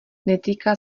netýká